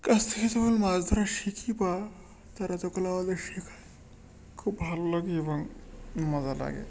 কাছ থেকে যখন মাছ ধরা শিখি বা তারা যখন আমাদের শেখায় খুব ভালো লাগে এবং মজা লাগে